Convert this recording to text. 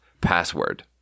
password